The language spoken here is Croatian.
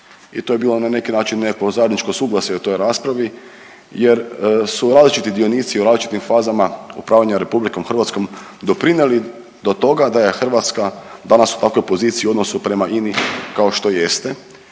i to je bilo na neki način nekakvo zajedničko suglasje u toj raspravi jer su različiti dionici u različitim fazama upravljanja RH doprinijeli do toga da je Hrvatska danas u takvoj poziciji u odnosu prema INA-i kao što jeste.